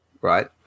right